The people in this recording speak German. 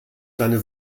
deine